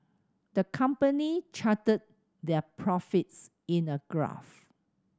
the company charted their profits in a graph